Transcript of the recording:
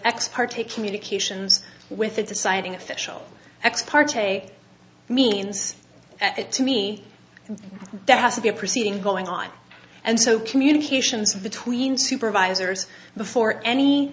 ex parte communications with a deciding official ex parte means to me there has to be a proceeding going on and so communications between supervisors before any